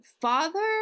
father